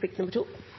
løpet av